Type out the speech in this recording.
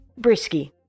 Brisky